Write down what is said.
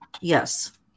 Yes